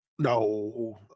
No